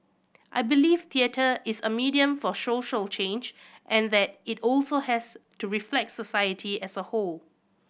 I believe theatre is a medium for social change and that it also has to reflect society as a whole